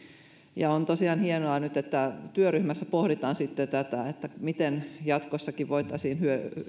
on tosiaan hienoa että nyt työryhmässä pohditaan sitä miten jatkossakin voitaisiin